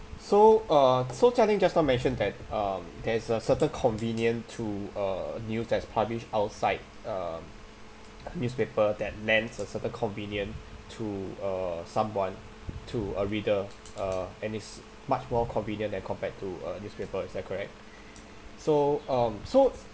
so uh so jia-ling just now mentioned that um there's a certain convenient to uh news that's published outside um newspaper that man a certain convenient to uh someone to a reader err and it's much more convenient than compared to uh newspaper is that correct so um so